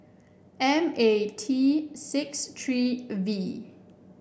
M A T six three V